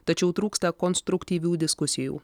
tačiau trūksta konstruktyvių diskusijų